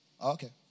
Okay